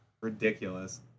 Ridiculous